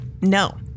No